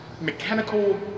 mechanical